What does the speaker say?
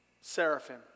seraphim